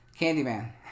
Candyman